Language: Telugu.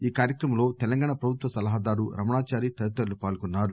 ఈ కార్యక్రమంలో తెలంగాణ ప్రభుత్వ సలహాదారు రమణాచారి తదితరులు పాల్గొన్నారు